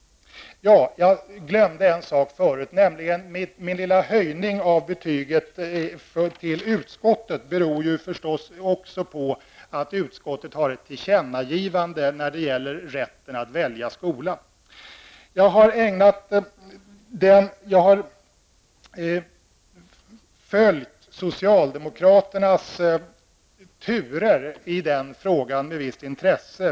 Jag höjde betyget för utskottet i förhållande till propositionen. Jag glömde att säga att det naturligtvis beror på att utskottet har ett tillkännagivande när det gäller rätten att välja skola. Jag har följt socialdemokraternas turer i den frågan med visst intresse.